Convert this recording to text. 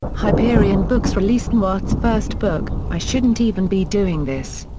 hyperion books released newhart's first book, i shouldn't even be doing this.